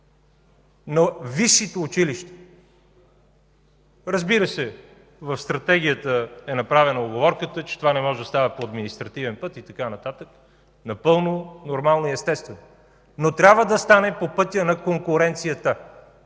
на висшите училища – в Стратегията е направена уговорката, че това не може да става по административен път и така нататък, напълно нормално и естествено, трябва да стане по пътя на конкуренцията!